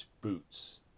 boots